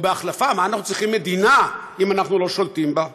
או בהחלפה: מה אנחנו צריכים מדינה אם אנחנו לא שולטים בה?